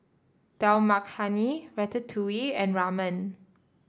Dal Makhani Ratatouille and Ramen